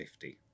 50